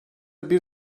bir